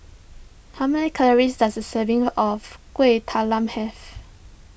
how many calories does a serving of Kueh Talam have